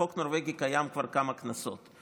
החוק הנורבגי קיים כבר כמה כנסות.